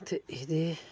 ते एह्दे